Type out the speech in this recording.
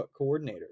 coordinators